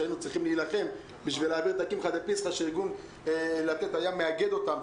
היינו צריכים להילחם כדי להעביר קמחא דפסחא שארגון "לתת" היה מאגד אותם.